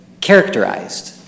characterized